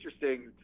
interesting